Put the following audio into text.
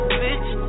bitch